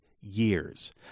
years